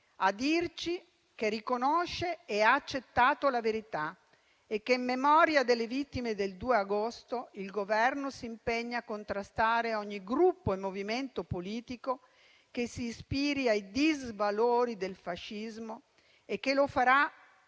a dirci che riconosce e ha accettato la verità e che, in memoria delle vittime del 2 agosto, si impegna a contrastare ogni gruppo e movimento politico che si ispiri ai disvalori del fascismo, e che lo farà